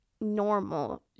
normal